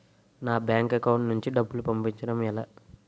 నా bank account నుంచి డబ్బును పంపించడం ఎలా?